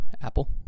Apple